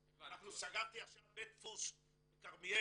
סגרתי עכשיו בית דפוס בכרמיאל,